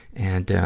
and, ah,